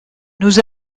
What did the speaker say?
nous